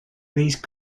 these